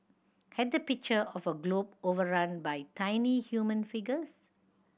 had the picture of a globe overrun by tiny human figures